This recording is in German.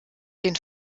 den